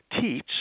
teach